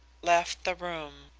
left the room.